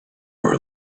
are